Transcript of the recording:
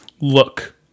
look